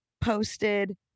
posted